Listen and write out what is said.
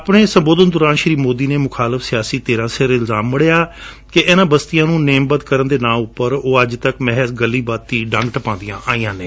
ਆਪਣੇ ਸੰਬੋਧਨ ਦੌਰਾਨ ਸ਼ੀ ਮੋਦੀ ਨੇ ਮੁਖਾਲਫ ਸਿਆਸੀ ਧਿਰਾਂ ਸਿਰ ਇਲਜਾਮ ਮੜਿਆ ਕਿ ਇਨਾਂ ਬਸਤੀਆਂ ਨੰ ਨੇਮਬੱਧ ਕਰਣ ਦੇ ਨਾਂ ਉਂਪਰ ਉਹ ਅੱਜ ਤੱਕ ਮਹਿਜ ਗੱਲੀ ਬਾਤੀਹੀ ਡੰਗ ਟਪਾਉਦੀਆਂ ਰਹੀਆਂ ਨੇ